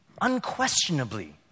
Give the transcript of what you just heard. Unquestionably